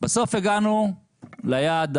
בסוף הגענו ליעד